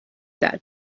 that